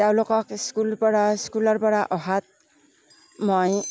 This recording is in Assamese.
তেওঁলোকক স্কুল পৰা স্কুলৰ পৰা অহাত মই